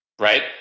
right